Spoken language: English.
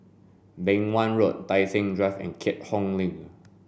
Beng Wan Road Tai Seng Drive and Keat Hong Link